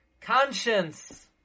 conscience